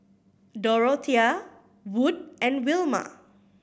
Dorothea Wood and Wilma